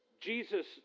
Jesus